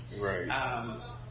Right